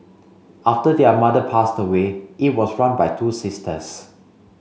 after their mother passed away it was run by two sisters